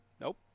Nope